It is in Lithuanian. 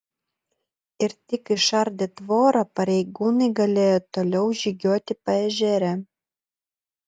ir tik išardę tvorą pareigūnai galėjo toliau žygiuoti paežere